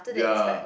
ya